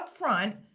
upfront